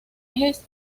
ejes